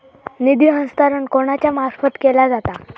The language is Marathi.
निधी हस्तांतरण कोणाच्या मार्फत केला जाता?